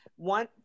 One